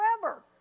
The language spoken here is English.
forever